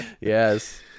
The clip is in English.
Yes